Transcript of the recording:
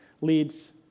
leads